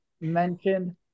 mentioned –